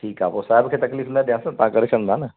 ठीकु आहे पोइ साहिबु खे तकलीफ़ न ॾियांस न तव्हां करे छॾंदा न